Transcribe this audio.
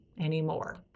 anymore